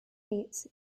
meats